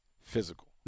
physical